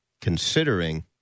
considering